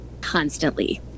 constantly